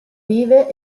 vive